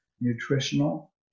nutritional